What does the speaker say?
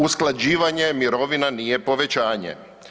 Usklađivanje mirovina nije povećanje.